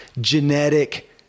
genetic